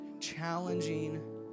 challenging